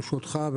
ברשותך,